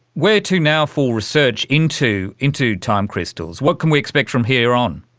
where to now for research into into time crystals? what can we expect from here on?